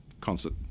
concert